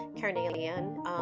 carnelian